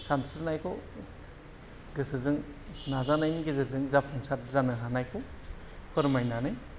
सानस्रिनायखौ गोसोजों नाजानायनि गेजेरजों जाफुंसार जानो हानायखौ फोरमायनानै